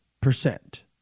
percent